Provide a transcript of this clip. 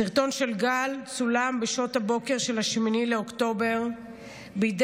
הסרטון של גל צולם בשעות הבוקר של 8 באוקטובר בידי